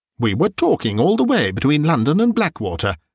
we were talking all the way between london and blackwater.